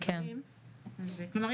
כלומר,